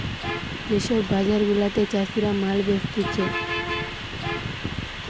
যে সব বাজার গুলাতে চাষীরা মাল বেচতিছে